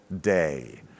day